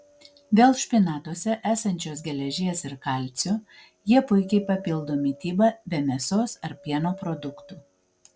dėl špinatuose esančios geležies ir kalcio jie puikiai papildo mitybą be mėsos ar pieno produktų